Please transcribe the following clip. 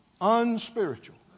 unspiritual